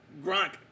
Gronk